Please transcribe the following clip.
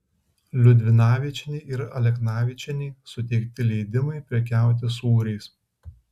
liudvinavičienei ir aleknavičienei suteikti leidimai prekiauti sūriais